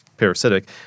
parasitic